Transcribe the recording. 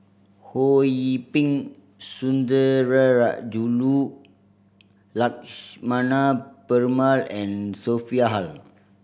Ho Yee Ping Sundarajulu Lakshmana Perumal and Sophia Hull